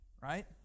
right